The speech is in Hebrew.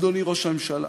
אדוני ראש הממשלה,